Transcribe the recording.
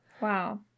Wow